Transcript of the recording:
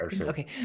Okay